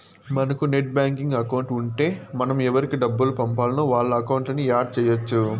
మనకు net banking account ఉంటే మనం ఎవురికి డబ్బులు పంపాల్నో వాళ్ళ అకౌంట్లని యాడ్ చెయ్యచ్చు